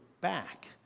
back